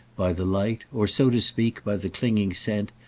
by the light or, so to speak, by the clinging scent,